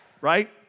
Right